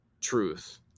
truth